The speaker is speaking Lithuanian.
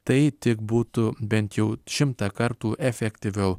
tai tik būtų bent jau šimtą kartų efektyviau